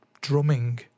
drumming